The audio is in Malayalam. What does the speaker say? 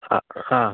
ഹാ